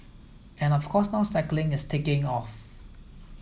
and of course now cycling is taking off